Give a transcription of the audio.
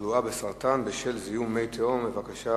בחשוון תש"ע (28 באוקטובר 2009):